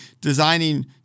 designing